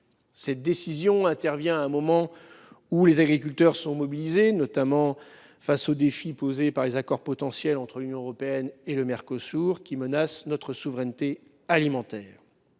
Cette décision intervient alors que les agriculteurs sont mobilisés face aux défis posés par les accords potentiels entre l’Union européenne et le Mercosur, qui menacent notre souveraineté alimentaire.